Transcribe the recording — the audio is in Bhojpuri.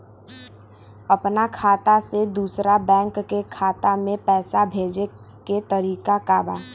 अपना खाता से दूसरा बैंक के खाता में पैसा भेजे के तरीका का बा?